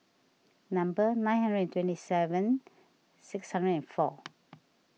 number nine hundred and twenty seven six hundred and four